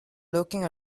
looking